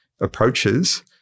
approaches